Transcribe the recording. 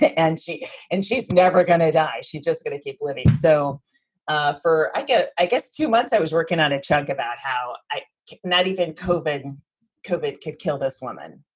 and she and she's never going to die. she's just going to keep living. so ah for i guess i guess two months i was working on a chunk about how i could not even koban kobe could kill this woman.